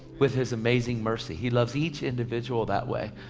with his amazing mercy. he loves each individual that way.